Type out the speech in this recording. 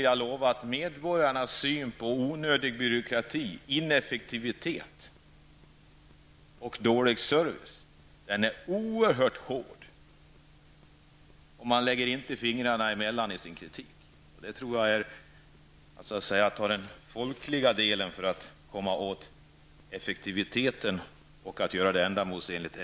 Jag lovar att medborgarnas dom över onödig byråkrati, ineffektivitet och dålig service är oerhört hård. Man ser inte mellan fingrarna när det gäller den kritik som man har. Jag tror att den så att säga folkliga biten är allra viktigast när det gäller att åstadkomma effektivitet och att göra det hela ändamålsenligt.